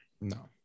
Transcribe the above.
no